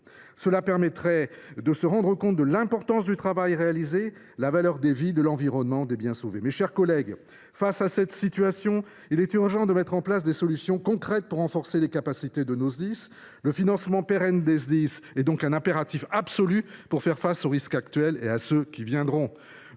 permettrait de se rendre compte de l’importance du travail réalisé et de la valeur des vies, de l’environnement et des biens sauvés. Mes chers collègues, il est urgent de mettre en place des solutions concrètes pour renforcer les capacités de nos Sdis. Le financement pérenne de ces services est un impératif absolu pour faire face aux risques actuels et à ceux qui viendront.